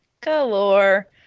galore